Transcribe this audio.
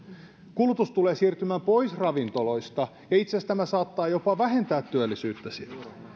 kulutus tulee siirtymään pois ravintoloista ja itse asiassa tämä saattaa jopa vähentää työllisyyttä silloin